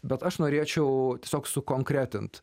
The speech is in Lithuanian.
bet aš norėčiau tiesiog sukonkretinti